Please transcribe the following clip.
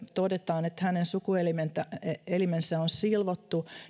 todetaan että hänen sukuelimensä sukuelimensä on silvottu